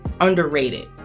underrated